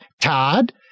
Todd